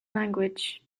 language